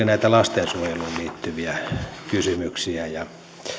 näitä lastensuojeluun liittyviä kysymyksiä ja